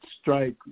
strike